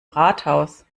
rathaus